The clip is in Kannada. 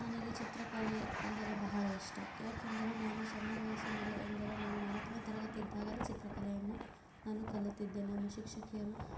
ನನಗೆ ಚಿತ್ರಕಲೆ ಅಂದರೆ ಬಹಳ ಇಷ್ಟ ಯಾಕೆಂದರೆ ನಾನು ಸಣ್ಣ ವಯಸ್ಸಿನಲ್ಲಿ ಎಂದರೆ ನಾನು ನಾಲ್ಕನೇ ತರಗತಿ ಇದ್ದಾಗಲೇ ಚಿತ್ರಕಲೆಯನ್ನು ನಾನು ಕಲಿತಿದ್ದೆ ನಮ್ಮ ಶಿಕ್ಷಕಿಯರು